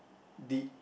the